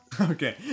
Okay